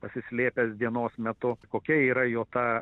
pasislėpęs dienos metu kokia yra jo ta